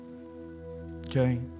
Okay